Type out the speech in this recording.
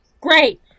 great